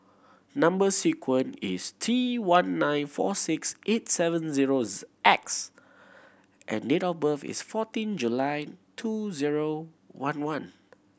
number sequence is T one nine four six eight seven zero X and date of birth is fourteen July two zero one one